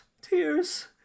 Tears